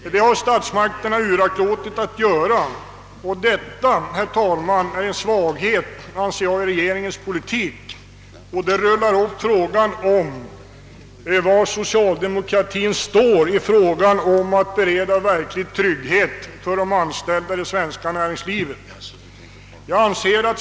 Detta har statsmakterna uraktlåtit att göra, och detta, herr talman, anser jag vara en svaghet i regeringens politik som rullar upp frågan om var socialdemokratin står då det gäller att bereda verklig trygghet för de anställda i det svenska näringslivet.